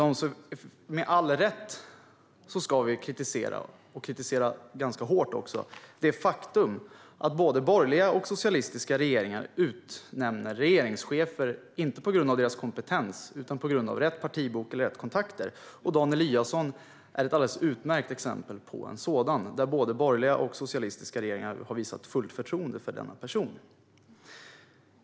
Med all rätt ska vi kritisera - och kritisera hårt - det faktum att både borgerliga och socialistiska regeringar utnämner myndighetschefer inte grundat på deras kompetens utan för att de har rätt partibok eller rätt kontakter. Dan Eliasson är ett alldeles utmärkt exempel på en sådan chef där både borgerliga och socialistiska regeringar har visat fullt förtroende för denna person.